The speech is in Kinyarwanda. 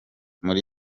muri